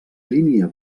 línia